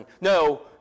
no